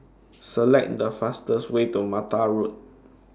Select The fastest Way to Mattar Road